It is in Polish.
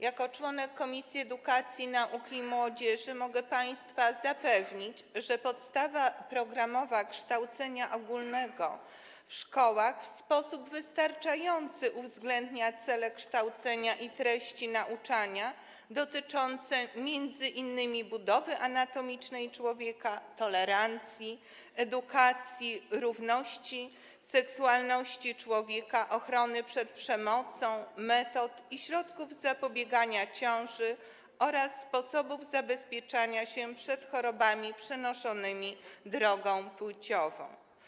Jako członek Komisji Edukacji, Nauki i Młodzieży mogę państwa zapewnić, że podstawa programowa kształcenia ogólnego w szkołach w sposób wystarczający uwzględnia cele kształcenia i treści nauczania dotyczące m.in. budowy anatomicznej człowieka, tolerancji, edukacji, równości, seksualności człowieka, ochrony przed przemocą, metod i środków zapobiegania ciąży oraz sposobów zabezpieczania się przed chorobami przenoszonymi drogą płciową.